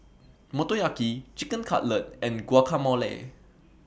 Motoyaki Chicken Cutlet and Guacamole